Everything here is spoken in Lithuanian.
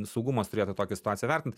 saugumas turėtų tokią situaciją vertint